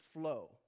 flow